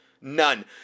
none